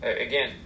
Again